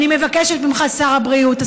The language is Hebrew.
אני מבקשת ממך שר הבריאות,